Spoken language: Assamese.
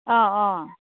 অঁ অঁ